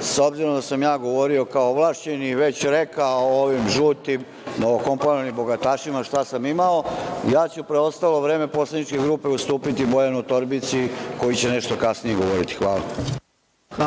s obzirom da sam ja govorio kao ovlašćeni i već rekao ovim žutim novokomponovanim bogatašima šta sam imao, ja ću preostalo vreme poslaničke grupe ustupiti Bojanu Torbici koji će nešto kasnije govoriti. Hvala.